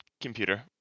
computer